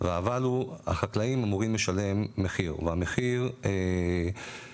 והאבל הוא החקלאים אמורים לשלם מחיר והמחיר מוצמד